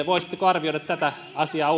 voisitteko arvioida tätä asiaa